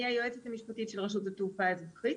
אני היועצת המשפטית של רשות התעופה האזרחית.